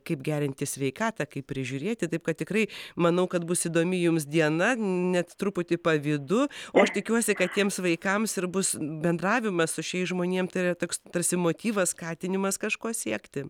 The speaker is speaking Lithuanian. kaip gerinti sveikatą kaip prižiūrėti taip kad tikrai manau kad bus įdomi jums diena net truputį pavydu o aš tikiuosi kad tiems vaikams ir bus bendravimas su šiais žmonėm tai yra toks tarsi motyvas skatinimas kažko siekti